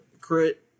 Crit